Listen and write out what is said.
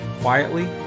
quietly